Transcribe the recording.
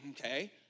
okay